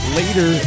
later